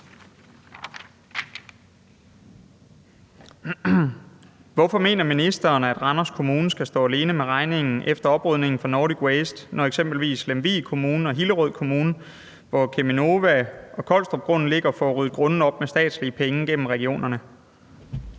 Hvorfor mener ministeren, at Randers Kommune skal stå alene med regningen efter oprydningen fra Nordic Waste, når eksempelvis Lemvig Kommune og Hillerød Kommune, hvor Cheminova og Collstropgrunden ligger, får ryddet grundene op med statslige penge gennem regionerne?